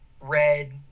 red